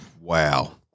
Wow